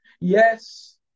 Yes